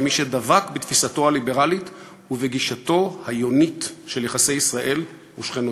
כמי שדבק בתפיסתו הליברלית ובגישתו היונית ליחסי ישראל עם שכנותיה.